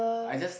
I just